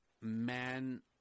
man